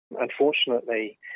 Unfortunately